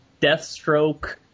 Deathstroke